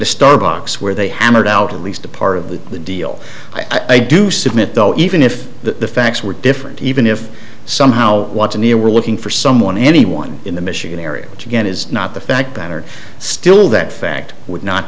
starbucks where they hammered out at least a part of the deal i do submit though even if the facts were different even if somehow what's in here we're looking for someone anyone in the michigan area which again is not the fact that are still that fact would not